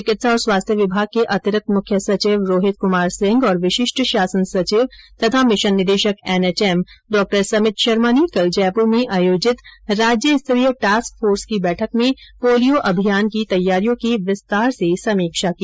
चिकित्सा और स्वास्थ्य विभाग के अतिरिक्त मुख्य सचिव रोहित कुमार सिंह तथा विशिष्ट शासन सचिव तथा मिशन निदेशक एनएचएम डा समित शर्मो ने कल जयपुर में आयोजित राज्य स्तरीय टास्क फोर्स की बैठक में पोलियो अभियान की तैयारियों की विस्तार से समीक्षा की